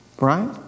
Right